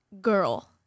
girl